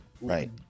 right